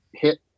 Hit